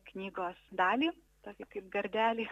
knygos dalį tokį kaip gardelį